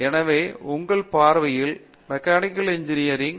எனவே உங்கள் பார்வையில் மெக்கானிக்கல் இன்ஜினியரிங் எம்